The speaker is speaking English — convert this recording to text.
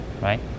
right